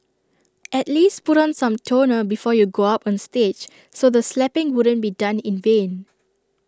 at least put on some toner before you go up on stage so the slapping wouldn't be done in vain